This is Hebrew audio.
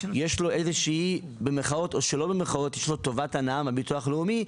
יש לו איזו שהיא טובת הנאה מהביטוח הלאומי,